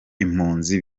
impunzi